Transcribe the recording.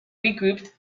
regrouped